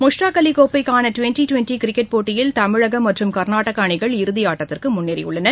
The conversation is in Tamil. முஷ்டாக் அலி கோப்பைக்காள டிவென்டி டிவென்டி கிரிக்கெட் போட்டியில் தமிழக மற்றும் கர்நாடகா அணிகள் இறுதி ஆட்டத்திற்கு முன்னேறியுள்ளன